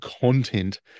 content